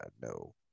no